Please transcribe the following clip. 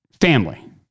family